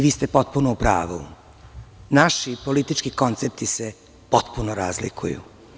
Vi ste potpuno u pravu, naši politički koncepti se potpuno razlikuju.